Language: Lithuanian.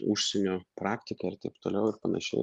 užsienio praktika ir taip toliau ir panašiai